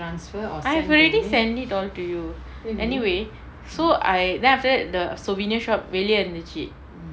I've already sent it all to you anyway so I then after that the souvenir shop வெளிய இருந்துச்சு:veliya irunthuchu